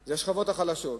זה השכבות החלשות.